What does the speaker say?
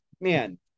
man